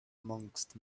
amongst